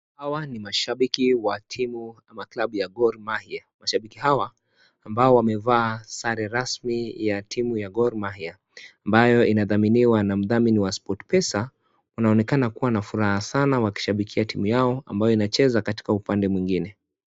Hawa ni mashabiki wa timu ama klabu ya Gormahia mashabiki hawa ambao wamevaa sare rasmi ya timu ya Gormahia ambayo ina thaminiwa na mthamini wa Sport Pesa wanaonekana kuwa na furaha sana wakishabikia timu yao ambayo inacheza katika upande mwingine.